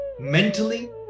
mentally